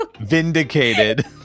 vindicated